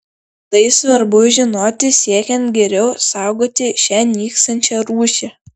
tai svarbu žinoti siekiant geriau saugoti šią nykstančią rūšį